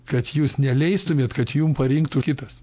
kad jūs neleistumėt kad jum parinktų kitas